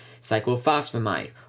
cyclophosphamide